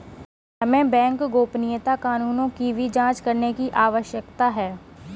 हमें बैंक गोपनीयता कानूनों की भी जांच करने की आवश्यकता है